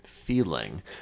feeling